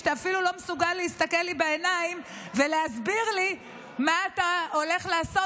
שאתה אפילו לא מסוגל להסתכל לי בעיניים ולהסביר לי מה אתה הולך לעשות,